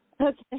Okay